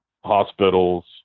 hospitals